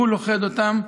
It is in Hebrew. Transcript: והוא לוכד אותם,